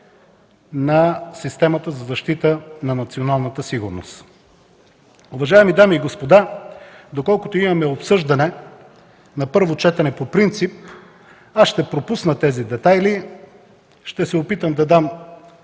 на системата за защита на националната сигурност. Уважаеми дами и господа, доколкото имаме обсъждане на първо четене по принцип, ще пропусна тези детайли. Ще се опитам да дам